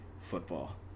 football